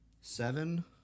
Seven